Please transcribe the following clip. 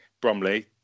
Bromley